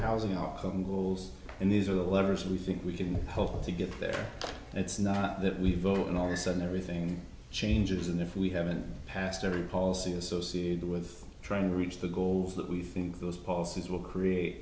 housing our own goals and these are the levers we think we can hope to get there and it's not that we voted all the sudden everything changes and if we haven't passed every policy associated with trying to reach the goals that we think those policies will create